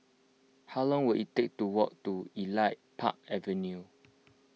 how long will it take to walk to Elite Park Avenue